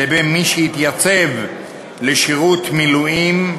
לבין מי שהתייצב לשירות מילואים,